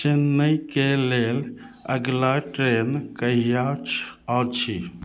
चेन्नइके लेल अगिला ट्रेन कहिआ अछि